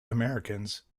americans